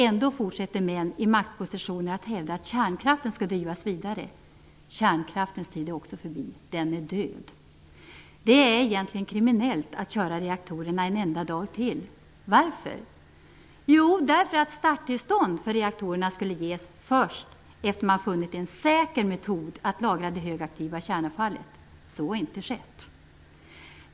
Ändå fortsätter män i maktpositioner att hävda att kärnkraften skall drivas vidare. Kärnkraftens tid är också förbi. Den är död. Det är egentligen "kriminellt" att köra reaktorerna en enda dag till. Varför? Jo, starttillstånd för reaktorerna skulle ges först efter det att man hade funnit en säker metod att lagra det högaktiva kärnavfallet. Så har inte skett.